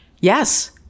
yes